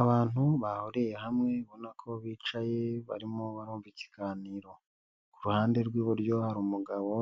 Abantu bahuriye hamwe, ubona ko bicaye barimo barumva ikiganiro. Ku ruhande rw'iburyo hari umugabo